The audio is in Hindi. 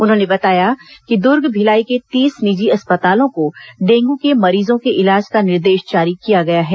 उन्होंने बताया कि दूर्ग भिलाई के तीस निजी अस्पतालों को डेंगू के मरीजों के इलाज कॉ निर्देश जारी किया गया है